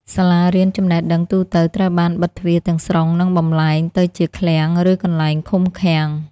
សាលារៀនចំណេះដឹងទូទៅត្រូវបានបិទទ្វារទាំងស្រុង និងបំប្លែងទៅជាឃ្លាំង ឬកន្លែងឃុំឃាំង។